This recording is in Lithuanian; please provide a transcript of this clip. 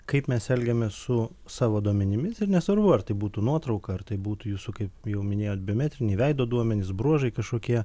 kaip mes elgiamės su savo duomenimis ir nesvarbu ar tai būtų nuotrauka ar tai būtų jūsų kaip jau minėjot biometriniai veido duomenys bruožai kažkokie